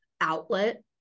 outlet